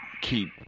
keep